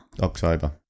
October